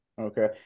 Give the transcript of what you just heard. Okay